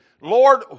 Lord